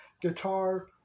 guitar